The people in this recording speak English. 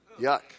yuck